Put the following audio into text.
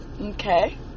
Okay